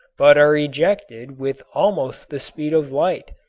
but are ejected with almost the speed of light,